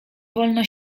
wolno